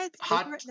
hot